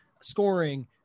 scoring